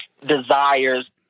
desires